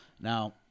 Now